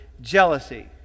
jealousy